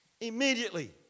immediately